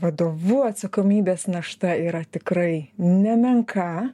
vadovu atsakomybės našta yra tikrai nemenka